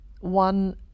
one